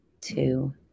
two